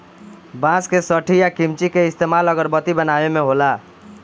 बांस के सठी आ किमची के इस्तमाल अगरबत्ती बनावे मे होला